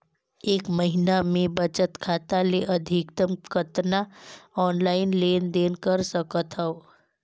एक महीना मे बचत खाता ले अधिकतम कतना ऑनलाइन लेन देन कर सकत हव?